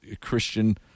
Christian